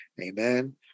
Amen